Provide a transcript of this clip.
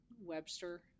Webster